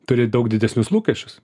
turi daug didesnius lūkesčius